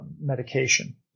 medication